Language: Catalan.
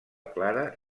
clara